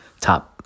top